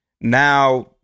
now